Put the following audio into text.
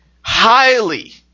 Highly